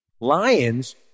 Lions